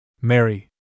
Mary